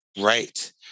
right